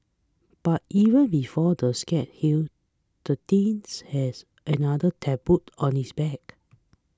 but even before the scabs healed the teens has another tattooed on his back